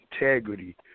integrity